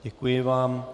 Děkuji vám.